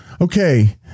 okay